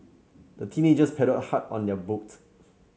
the teenagers paddled hard on their boat